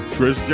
Chris